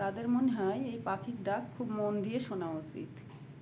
তাদের মনে হয় এই পাখির ডাক খুব মন দিয়ে শোনা উচিত